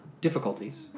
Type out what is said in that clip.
difficulties